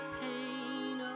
pain